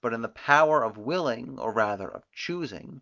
but in the power of willing, or rather of choosing,